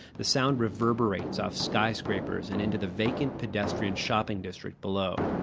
the sound reverberates off skyscrapers and into the vacant pedestrian shopping district below.